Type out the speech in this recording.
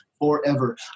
forever